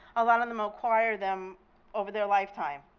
a lot of them acquire them over their lifetime.